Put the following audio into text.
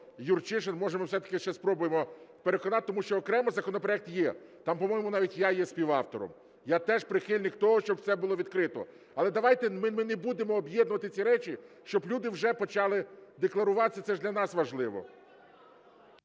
Юрчишин. Може ми все-таки ще спробуємо переконати, тому що окремо законопроект є, там, по-моєму, навіть я є співавтором. Я теж прихильник того, щоб все було відкрито, але давайте ми не будемо об'єднувати ці речі, щоб люди вже почали декларуватися, це ж для нас важливо.